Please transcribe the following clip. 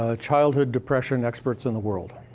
ah childhood depression experts in the world,